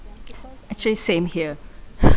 actually same here